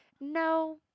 no